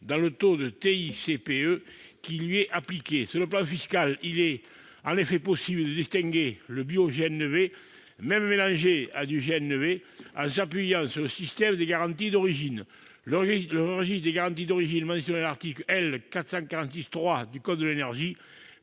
dans le taux de TICPE qui lui est appliqué. Sur le plan fiscal, il est en effet possible de distinguer le bioGNV, même mélangé à du GNV, en s'appuyant sur le système des garanties d'origine. Le registre des garanties d'origine mentionné à l'article L. 446-3 du code de l'énergie